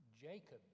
Jacob